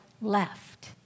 left